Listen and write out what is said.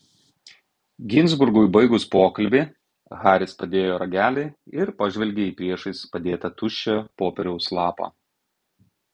ginzburgui baigus pokalbį haris padėjo ragelį ir pažvelgė į priešais padėtą tuščią popieriaus lapą